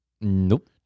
Nope